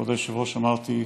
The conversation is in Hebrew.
כבוד היושב-ראש, אמרתי,